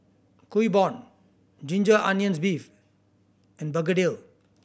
Kuih Bom ginger onions beef and begedil